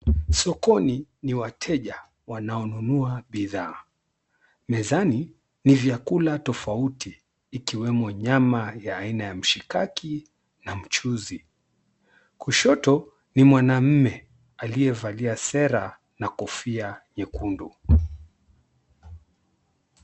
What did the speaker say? Sokoni ni wateja wanaonunua bidhaa, mezani ni vyakula tofauti ikiwemo nyama ya aina ya mishikaki na mchuzi. Kandi ni mwanaume aliyevalia sera na shati nyekundu.